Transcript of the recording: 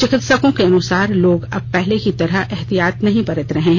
चिकित्सकों के अनुसार लोग अब पहले की तरह एहतियात नहीं बरत रहे हैं